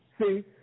See